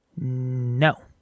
No